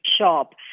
shop